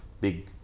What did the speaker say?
big